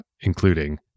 including